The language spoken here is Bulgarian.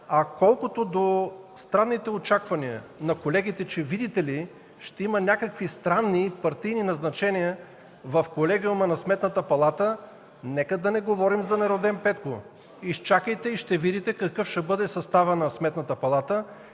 А колкото до странните очаквания на колегите, че, видите ли, ще има някакви странни партийни назначения в Колегиума на Сметната палата, нека да не говорим за Нероден Петко. Изчакайте и ще видите какъв ще бъде съставът на Сметната палата.